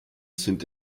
sind